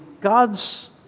God's